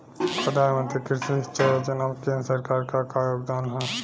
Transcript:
प्रधानमंत्री कृषि सिंचाई योजना में केंद्र सरकार क का योगदान ह?